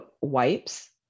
wipes